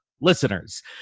Listeners